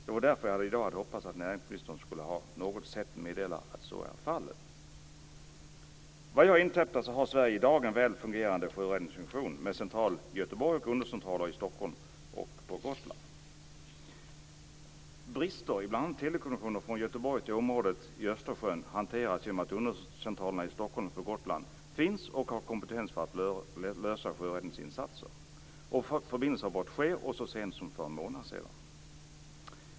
Det är mot den bakgrunden som jag hade hoppats att näringsministern i dag skulle på något sätt meddela att så är fallet. Efter vad jag inhämtat har Sverige i dag en väl fungerande sjöräddningsfunktion, med central i Göteborg och undercentraler i Stockholm och på Gotland. Brister i bl.a. telekommunikationer från Göteborg till området i Östersjön hanteras genom att undercentralerna i Stockholm och på Gotland finns och har kompetens för att lösa sjöräddningsinsatser. Förbindelseavbrott sker - senast för en månad sedan.